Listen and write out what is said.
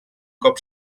cop